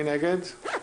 מי נגד?